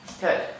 Good